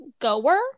goer